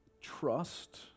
Trust